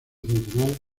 centenar